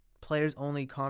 players-only